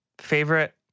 Favorite